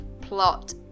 plot